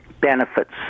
benefits